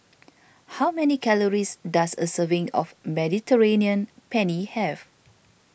how many calories does a serving of Mediterranean Penne have